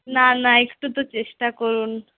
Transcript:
না না একটু তো চেষ্টা করুন